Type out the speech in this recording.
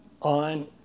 on